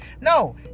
No